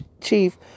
chief